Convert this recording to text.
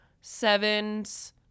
seven's